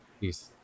Peace